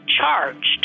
charged